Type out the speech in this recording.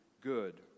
good